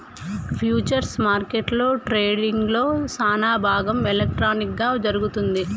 futures మార్కెట్లో ట్రేడింగ్లో సానాభాగం ఎలక్ట్రానిక్ గా జరుగుతుంది